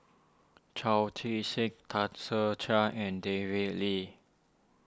Chao Tzee Cheng Tan Ser Cher and David Lee